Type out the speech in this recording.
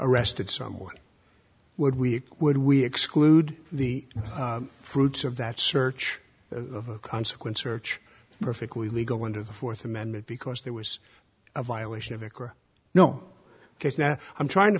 arrested someone would we would we exclude the fruits of that search consequence search perfectly legal under the fourth amendment because there was a violation of it no because now i'm trying to